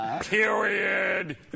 period